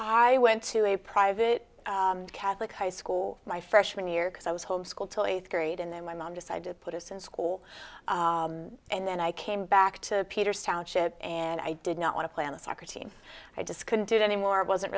i went to a private catholic high school my freshman year because i was homeschooled till eighth grade and then my mom decided to put us in school and then i came back to peter's township and i did not want to plan a soccer team i just couldn't do it anymore it wasn't